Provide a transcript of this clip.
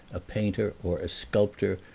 a painter or a sculptor,